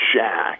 Shaq